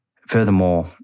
Furthermore